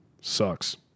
sucks